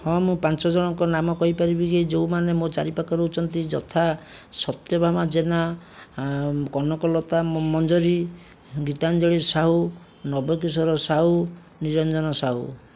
ହଁ ମୁଁ ପାଞ୍ଚ ଜଣଙ୍କ ନାମ କହିପାରିବି ଇଏ ଯେଉଁମାନେ ମୋ ଚାରି ପାଖରେ ରହୁଛନ୍ତି ଯଥା ସତ୍ୟଭାମା ଜେନା କନକଲତା ମମଞ୍ଜରୀ ଗୀତାଞ୍ଜଳି ସାହୁ ନବକିଶୋର ସାହୁ ନିରଞ୍ଜନ ସାହୁ